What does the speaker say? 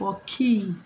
ପକ୍ଷୀ